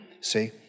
See